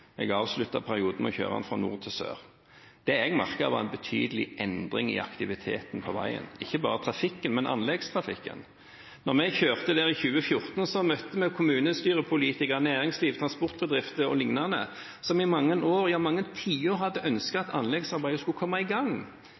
Jeg avsluttet perioden med å kjøre fra nord til sør. Det jeg merket, var en betydelig endring i aktiviteten på veien, ikke bare trafikken, men anleggstrafikken. Da vi kjørte der i 2014, møtte vi kommunestyrepolitikere, næringsliv, transportbedrifter o.l., som i mange år, ja mange tiår, hadde ønsket at anleggsarbeidet skulle komme i gang.